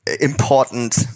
important